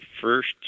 first